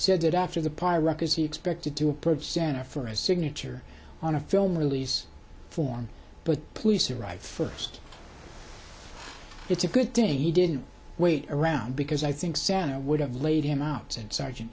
said that after the pirate is expected to approach center for a signature on a film release form but police arrived first it's a good thing he didn't wait around because i think santa would have laid him out and sergeant